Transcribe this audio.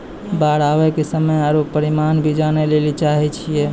बाढ़ आवे के समय आरु परिमाण भी जाने लेली चाहेय छैय?